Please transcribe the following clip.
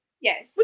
yes